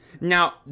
Now